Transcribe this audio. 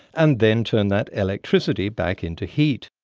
and then turn that electricity back into heat.